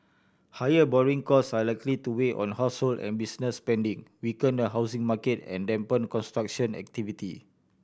higher borrowing cost are likely to weigh on household and business spending weaken the housing market and dampen construction activity